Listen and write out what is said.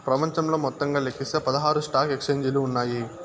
ప్రపంచంలో మొత్తంగా లెక్కిస్తే పదహారు స్టాక్ ఎక్స్చేంజిలు ఉన్నాయి